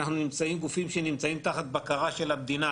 אנחנו גופים שנמצאים תחת בקרה של המדינה,